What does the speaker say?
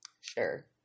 Sure